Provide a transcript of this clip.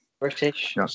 British